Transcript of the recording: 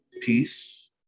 peace